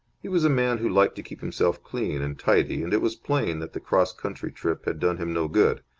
he was a man who liked to keep himself clean and tidy, and it was plain that the cross-country trip had done him no good.